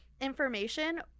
information